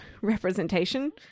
representation